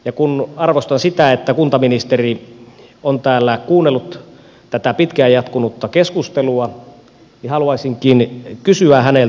ja kun arvostan sitä että kuntaministeri on täällä kuunnellut tätä pitkään jatkunutta keskustelua niin haluaisinkin kysyä häneltä